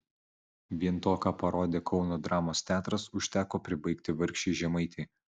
vien to ką parodė kauno dramos teatras užteko pribaigti vargšei žemaitei